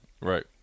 Right